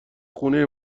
خونه